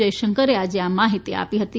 જયશંકરે આજે આ માહિતી આપી હતી